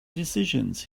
decisions